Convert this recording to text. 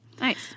Nice